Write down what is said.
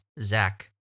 Zach